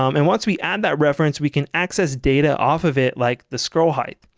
um and once we add that reference we can access data off of it like the scrollheight.